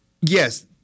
yes